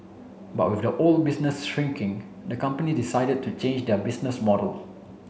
but off the old business shrinking the company decided to change their business model